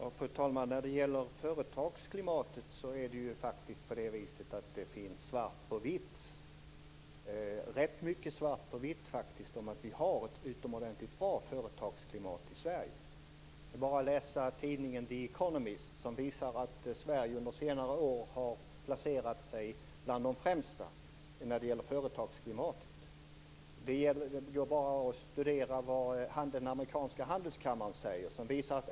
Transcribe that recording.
Fru talman! När det gäller företagsklimatet finns det rätt mycket svart på vitt om att vi har ett utomordentligt bra företagsklimat i Sverige. Det är bara att läsa tidningen The Economist, som visar att Sverige under senare år har placerat sig bland de främsta när det gäller företagsklimatet. Det går också bra att studera vad den amerikanska handelskammaren säger.